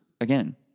again